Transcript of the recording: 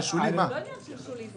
זה לא עניין של שולי.